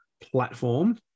platform